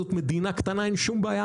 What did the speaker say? זו מדינה קטנה אין שום בעיה,